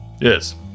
Yes